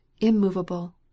immovable